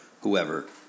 whoever